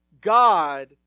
God